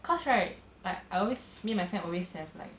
cause right like I always me my friend always have like